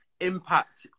impact